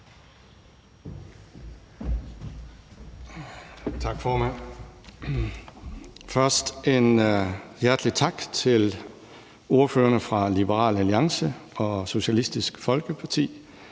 Tak, formand. Først vil jeg sige hjertelig tak til ordførerne for Liberal Alliance og Socialistisk Folkeparti,